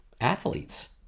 athletes